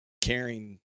caring